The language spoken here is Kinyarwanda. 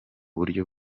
buryo